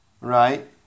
right